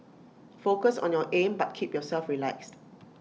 focus on your aim but keep yourself relaxed